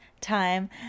time